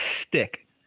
stick